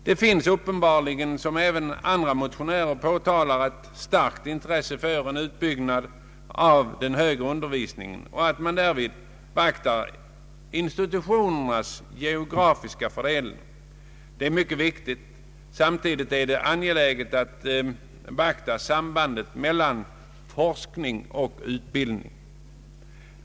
Det finns uppenbarligen — såsom också andra motionärer framhåller — ett starkt intresse för en utbyggnad av den högre undervisningen med beaktande av institutionernas geografiska fördelning. Deita är mycket viktigt. Samtidigt är det angeläget att beakta sambandet mellan forskning och utbildning.